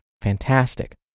fantastic